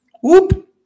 whoop